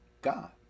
God